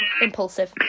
impulsive